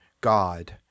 God